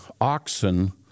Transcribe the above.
oxen